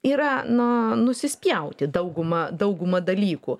yra nu nusispjaut į daugumą daugumą dalykų